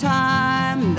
time